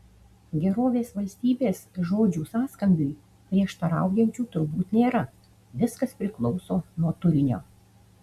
gerovės valstybės žodžių sąskambiui prieštaraujančių turbūt nėra viskas priklauso nuo turinio